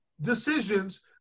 decisions